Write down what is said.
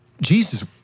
Jesus